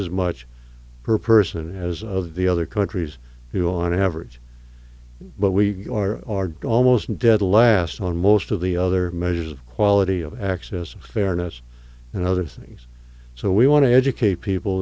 as much per person as of the other countries on average but we are almost dead last on most of the other measures of quality of access fairness and other things so we want to educate people